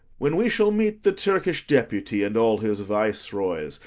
when we shall meet the turkish deputy and all his viceroys,